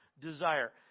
Desire